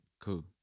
cool